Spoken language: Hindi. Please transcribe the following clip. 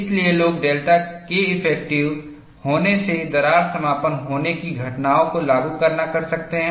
इसलिए लोग डेल्टा Keffective होने से दरार समापन होने की घटनाओं को लागू करना कर सकते हैं